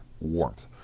warmth